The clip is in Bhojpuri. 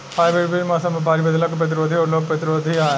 हाइब्रिड बीज मौसम में भारी बदलाव के प्रतिरोधी और रोग प्रतिरोधी ह